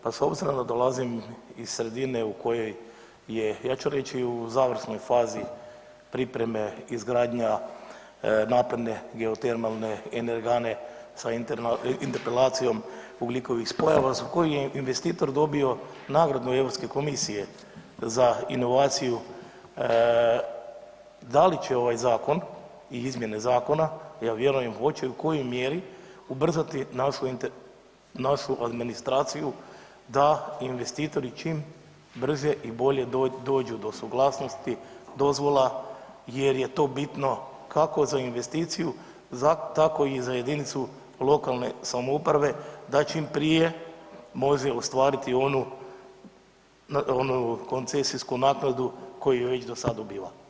Pa s obzirom da dolazim iz sredine u kojoj je ja ću reći u završnoj fazi pripreme izgradnja napredne geotermalne energane sa interpelacijom ugljikovih spojeva s kojim je investitor dobio nagradu Europsku komisije za inovaciju, da li će ovaj zakon i izmjene zakona, ja vjerujem hoće, i u kojoj mjeri ubrzati našu administraciju da investitori čim brže i bolje dođu do suglasnosti dozvola jer je to bitno kako za investiciju, tako za jedinicu lokalne samouprave da čim prije može ostvariti onu koncesijsku naknadu koji već sad dobiva?